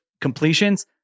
completions